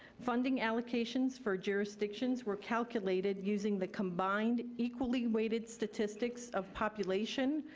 funding allocations for jurisdictions were calculated using the combined equally weighted statistics of population,